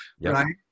right